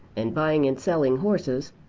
and buying and selling horses,